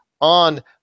on